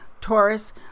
Taurus